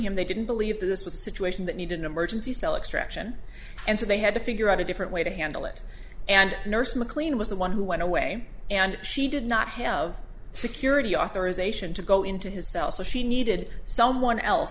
him they didn't believe this was a situation that needed an emergency cell extraction and so they had to figure out a different way to handle it and nursed mclean was the one who went away and she did not have security authorization to go into his cell so she needed someone else